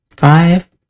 five